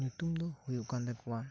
ᱧᱩᱛᱩᱢ ᱫᱚ ᱦᱳᱭᱳᱜ ᱠᱟᱱ ᱛᱟᱠᱚᱭᱟ